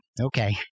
Okay